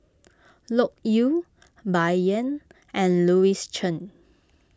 Loke Yew Bai Yan and Louis Chen